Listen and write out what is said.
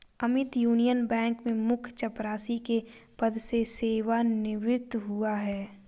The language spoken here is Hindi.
अमित यूनियन बैंक में मुख्य चपरासी के पद से सेवानिवृत हुआ है